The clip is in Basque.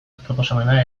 proposamena